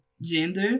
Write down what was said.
gender